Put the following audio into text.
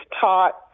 taught